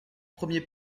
premier